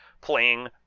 playing